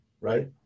right